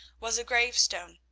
was a gravestone,